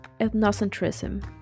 ethnocentrism